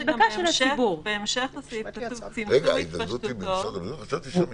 (ג), בהמשך להערה של עורכת הדין